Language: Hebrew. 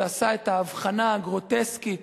שעשה את ההבחנה הגרוטסקית